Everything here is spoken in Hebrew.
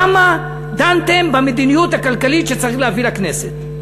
כמה דנתם במדיניות הכלכלית שצריך להביא לכנסת?